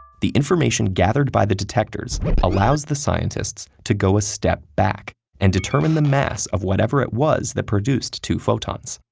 the information gathered by the detectors like allows the scientists to go a step back and determine the mass of whatever it was that produced two photons.